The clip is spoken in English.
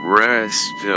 rest